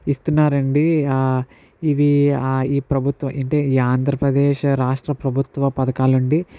ఇస్తున్నారండి ఇవి ఈ ప్రభుత్వ అంటే ఆంధ్రప్రదేశ్ రాష్ట్ర ప్రభుత్వ పథకాలు అండి